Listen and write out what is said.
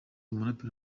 umuraperi